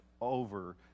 over